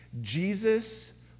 Jesus